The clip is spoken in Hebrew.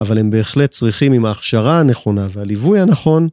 אבל הם בהחלט צריכים, עם ההכשרה הנכונה והליווי הנכון,